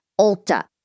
Ulta